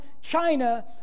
China